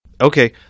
Okay